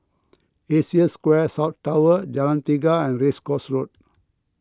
Asia Square South Tower Jalan Tiga and Race Course Road